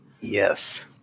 Yes